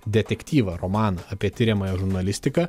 detektyvą romaną apie tiriamąją žurnalistiką